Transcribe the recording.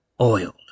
oiled